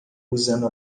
usando